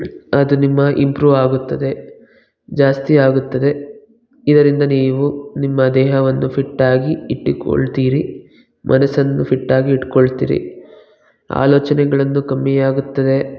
ಅದು ನಿಮ್ಮ ಇಂಪ್ರೂವ್ ಆಗುತ್ತದೆ ಜಾಸ್ತಿ ಆಗುತ್ತದೆ ಇದರಿಂದ ನೀವು ನಿಮ್ಮ ದೇಹವನ್ನು ಫಿಟ್ ಆಗಿ ಇಟ್ಟಿಕೊಳ್ತೀರಿ ಮನಸನ್ನು ಫಿಟ್ ಆಗಿ ಇಟ್ಕೊಳ್ತೀರಿ ಆಲೋಚನೆಗಳನ್ನು ಕಮ್ಮಿ ಆಗುತ್ತದೆ